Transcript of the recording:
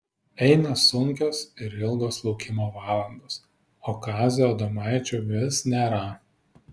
eina sunkios ir ilgos laukimo valandos o kazio adomaičio vis nėra